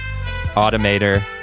Automator